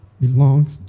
belongs